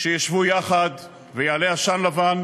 שישבו יחד עד שיעלה עשן לבן,